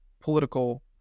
political